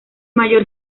mayor